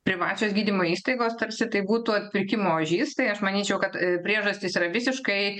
privačios gydymo įstaigos tarsi tai būtų atpirkimo ožys tai aš manyčiau kad priežastys yra visiškai